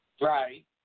Right